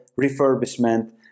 refurbishment